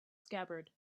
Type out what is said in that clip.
scabbard